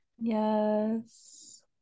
Yes